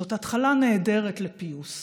זאת התחלה נהדרת לפיוס.